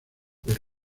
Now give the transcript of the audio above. del